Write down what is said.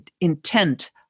intent